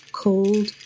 cold